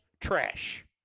trash